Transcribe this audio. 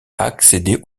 accéder